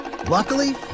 Luckily